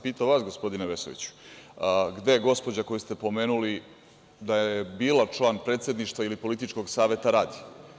Pitao sam vas gospodine Vesoviću - gde gospođa, koju ste pomenuli da je bila član predsedništva ili političkog saveta, radi?